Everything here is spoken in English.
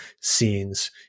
scenes